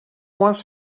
wants